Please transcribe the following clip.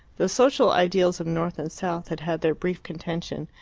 the social ideals of north and south had had their brief contention,